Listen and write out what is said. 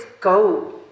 go